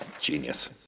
Genius